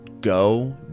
go